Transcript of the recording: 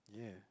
yeah